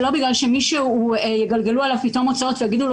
ולא בגלל שעל מישהו יגלגלו פתאום הוצאות ויגידו לו